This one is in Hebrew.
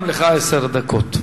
גם לך עשר דקות.